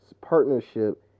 partnership